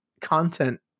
content